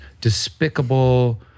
despicable